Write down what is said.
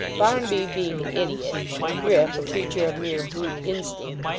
barnaby being an idiot, and grip a creature of mere brute instinct,